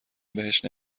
بهش